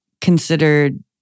considered